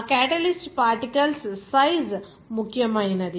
ఆ catalyst particles size ముఖ్యమైనది